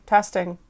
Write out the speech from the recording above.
Testing